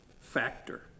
factor